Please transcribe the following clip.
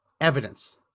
evidence